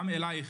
אליך,